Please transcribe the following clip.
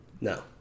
No